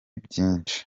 byinshi